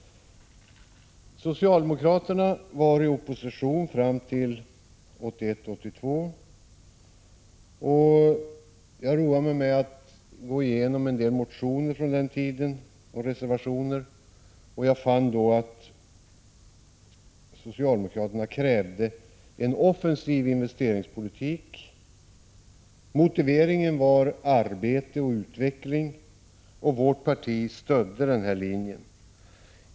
Socialdemokraterna var i opposition fram till 1982 års val. Jag har roat mig med att gå igenom en del motioner och reservationer från den tiden, och jag har då funnit att socialdemokraterna krävde en offensiv investeringspolitik. Motiveringen var arbete och utveckling. Vårt parti stödde denna linje.